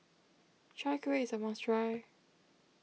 Chai Kueh is a must try